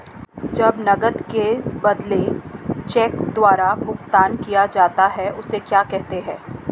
जब नकद के बदले चेक द्वारा भुगतान किया जाता हैं उसे क्या कहते है?